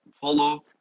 follow